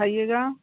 खाइएगा